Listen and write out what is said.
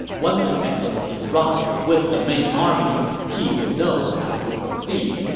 once his excellency arrives with the main army, he will know how to proceed.